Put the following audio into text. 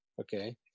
okay